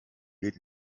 geht